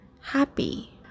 happy